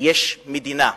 יש מדינה.